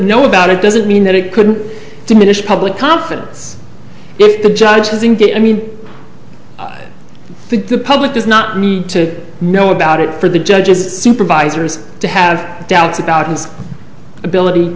know about it doesn't mean that it could diminish public confidence if the judge was in get i mean i think the public does not need to know about it for the judges supervisors to have doubts about his ability